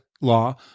law